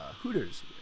Hooters